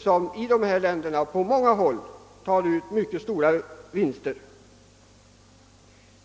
som på många håll i u-länderna tar ut mycket stora vinster.